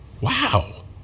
Wow